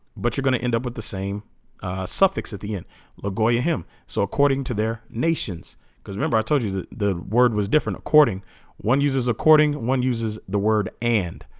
but you're gonna end up with the same suffix at the end look boy ahem so according to their nations because remember i told you that the word was different according one uses according one uses the word and